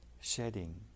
shedding